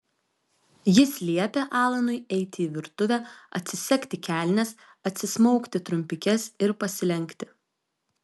jis liepė alanui eiti į virtuvę atsisegti kelnes atsismaukti trumpikes ir pasilenkti